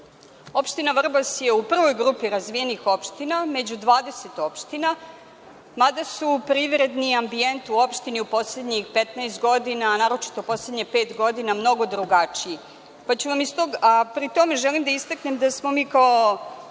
Opština Vrbas je u prvoj grupi razvijenih opština, među 20 opština, mada je privredni ambijent u opštini u poslednjih 15 godina, a naročito u poslednjih pet godina mnogo drugačiji. Želim da istaknem da smo mi, kao